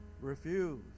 Refuse